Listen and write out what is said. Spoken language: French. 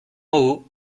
haut